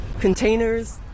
containers